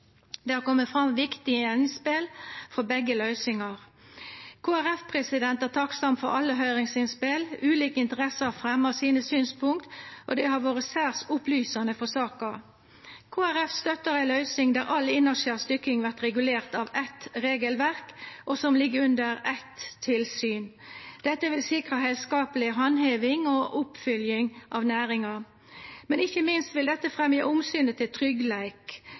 Det har kome fram viktige innspel for begge løysingar. Kristeleg Folkeparti er takksam for alle høyringsinnspel. Ulike interesser har fremja sine synspunkt, og det har vore særs opplysande for saka. Kristeleg Folkeparti støttar ei løysing der all innanskjers dykking vert regulert av eitt regelverk, og som ligg under eitt tilsyn. Dette vil sikra heilskapleg handheving og oppfølging av næringa. Men ikkje minst vil dette fremja omsynet til tryggleik.